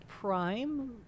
prime